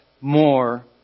more